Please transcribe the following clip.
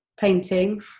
painting